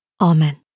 Amen